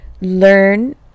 learn